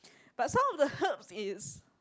but some of the herbs is